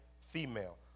female